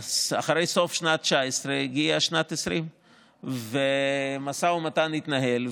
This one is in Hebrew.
אחרי סוף שנת 2019 הגיעה שנת 2020. משא ומתן התנהל,